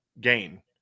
gain